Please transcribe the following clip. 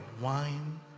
wine